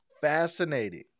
Fascinating